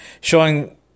showing –